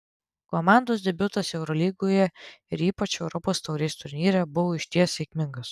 komandos debiutas eurolygoje ir ypač europos taurės turnyre buvo išties sėkmingas